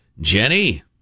Jenny